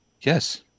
yes